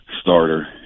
starter